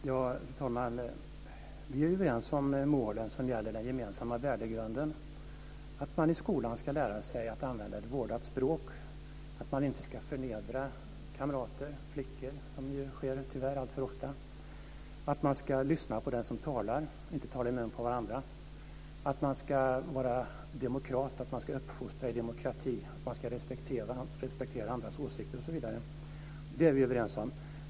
Fru talman! Vi är överens om målen som gäller den gemensamma värdegrunden, att man i skolan ska lära sig att använda ett vårdat språk, att man inte ska förnedra kamrater, bl.a. flickor, vilket tyvärr sker alltför ofta, att man ska lyssna på den som talar och inte tala i mun på varandra, att man ska vara demokrat och att man ska uppfostra i demokrati och att man ska respektera andras åsikter osv.